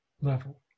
level